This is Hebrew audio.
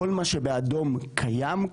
כל מה שבאדום קיים,